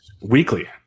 Weekly